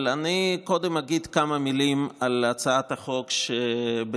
אבל אני קודם אגיד כמה מילים על הצעת החוק שבנדון,